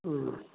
ꯎꯝ